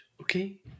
okay